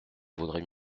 vaudrait